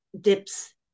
dips